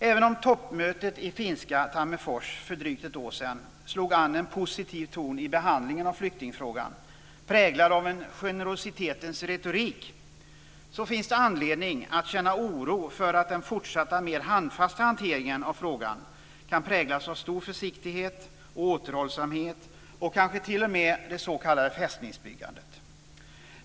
Även om toppmötet i finska Tammerfors för drygt ett år sedan slog an en positiv ton i behandlingen av flyktingfrågan, präglad av en generositetens retorik, finns det anledning att känna oro för att den fortsatta mer handfasta hanteringen av frågan kan präglas av stor försiktighet, återhållsamhet och kanske t.o.m. det s.k. fästningsbyggandet.